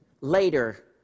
later